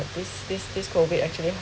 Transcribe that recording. this this this COVID actually